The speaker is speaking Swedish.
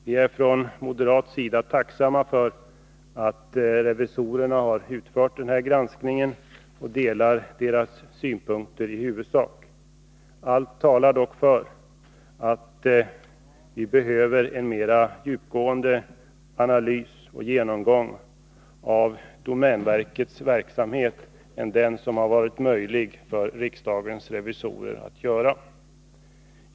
Vi är från moderat sida tacksamma för att revisorerna utfört den här granskningen och delar i huvudsak deras synpunkter. Allt talar dock för att vi behöver en mera djupgående analys och genomgång av domänverkets verksamhet än den som det varit möjligt för riksdagens revisorer att göra.